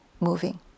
moving